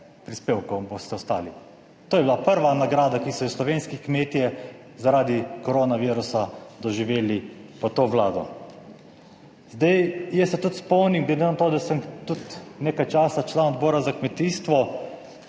prispevkov boste ostali. To je bila prva nagrada, ki so jo slovenski kmetje zaradi koronavirusa doživeli pod to vlado. Jaz se tudi spomnim, glede na to, da sem tudi nekaj časa član Odbora za kmetijstvo,